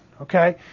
okay